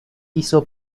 hizo